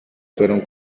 fueron